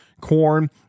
Corn